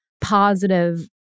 positive